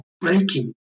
breaking